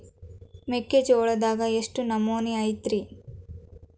ಮೆಕ್ಕಿಜೋಳದಾಗ ಎಷ್ಟು ನಮೂನಿ ಐತ್ರೇ?